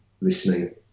listening